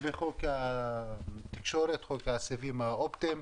וחוק הסיבים האופטיים.